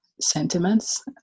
sentiments